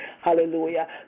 Hallelujah